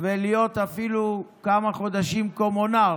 ולהיות אפילו כמה חודשים קומונר,